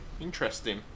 interesting